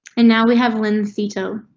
and now we have lindsey to.